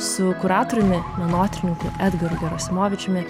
su kuratoriumi menotyrininku edgaru garasimovičiumi